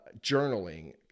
journaling